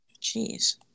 jeez